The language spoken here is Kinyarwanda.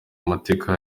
amateka